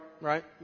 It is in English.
right